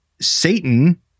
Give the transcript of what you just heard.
Satan